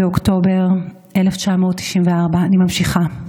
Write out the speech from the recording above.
באוקטובר 1944, אני ממשיכה,